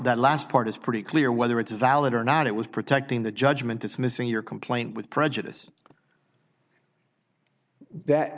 that last part is pretty clear whether it's valid or not it was protecting the judgment dismissing your complaint with prejudice that